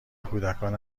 کودکان